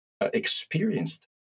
experienced